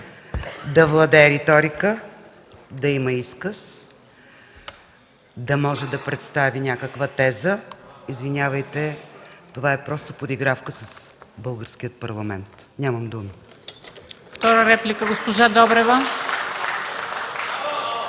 да владее риторика, да има изказ, да може да представи някаква теза. Извинявайте, това е просто подигравка с Българския парламент. Нямам думи!